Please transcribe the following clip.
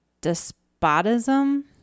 despotism